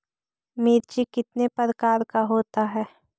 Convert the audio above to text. मिर्ची कितने प्रकार का होता है?